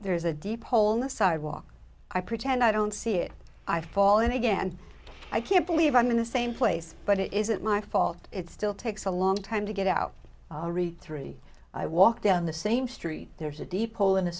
there's a deep hole in the sidewalk i pretend i don't see it i fall in again i can't believe i'm in the same place but it isn't my fault it still takes a long time to get out three i walk down the same street there's a deep hole in the